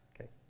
Okay